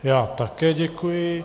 Já také děkuji.